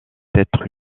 être